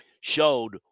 showed